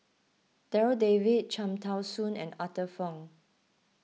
Darryl David Cham Tao Soon and Arthur Fong